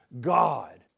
God